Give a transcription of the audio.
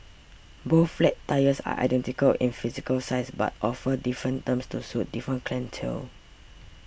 both flat types are identical in physical size but offer different terms to suit different clientele